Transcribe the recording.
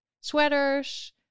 sweaters